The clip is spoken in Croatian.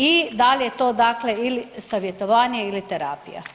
I da li je to dakle ili savjetovanje ili terapija?